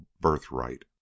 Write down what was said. birthright